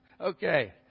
Okay